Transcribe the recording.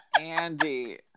Andy